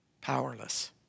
powerless